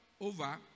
Over